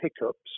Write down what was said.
hiccups